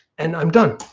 and i'm done.